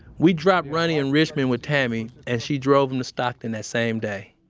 we dropped ronnie in richmond with tammy, and she drove him to stockton that same day